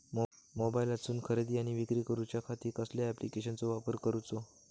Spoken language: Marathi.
मोबाईलातसून खरेदी आणि विक्री करूच्या खाती कसल्या ॲप्लिकेशनाचो वापर करूचो?